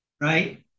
right